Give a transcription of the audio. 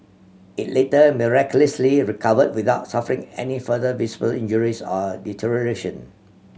it later miraculously recovered without suffering any further visible injuries or deterioration